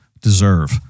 deserve